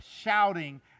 shouting